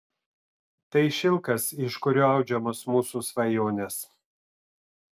tai šilkas iš kurio audžiamos mūsų svajonės